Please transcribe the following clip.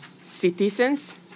citizens